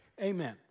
Amen